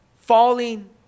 falling